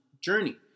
journey